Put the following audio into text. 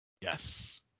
yes